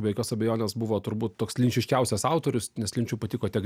be jokios abejonės buvo turbūt toks linčiškiausias autorius nes linčui patiko tiek